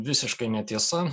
visiškai netiesa